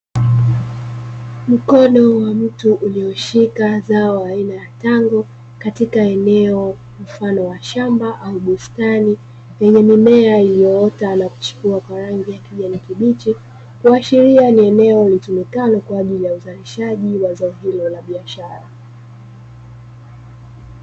Mkono wa mtu aliyeshika zao aina ya tango katika eneo mfano wa shamba au bustani yenye mimea, iliyoota na kuchipua kwa rangi ya kijani kibichi ikiashiria ni eneo linalotumikalo kwa ajili ya zao hilo la biashara.